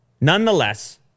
Nonetheless